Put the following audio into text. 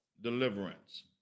deliverance